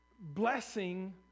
blessing